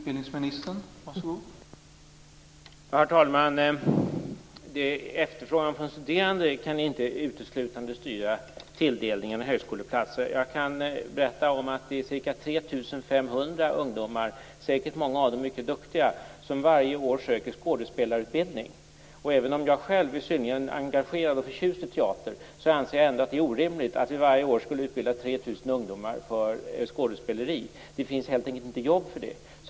Herr talman! Tilldelningen av högskoleplatser kan inte uteslutande styras av efterfrågan från de studerande. Jag kan berätta att ca 3 500 ungdomar, många av dem säkerligen mycket duktiga, varje år söker skådespelarutbildning. Även om jag själv är synnerligen engagerad och förtjust i teater, anser jag att det skulle vara orimligt att varje år utbilda 3 500 ungdomar i skådespeleri. Det finns helt enkelt inte jobb för det.